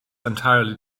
entirely